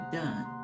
done